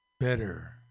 better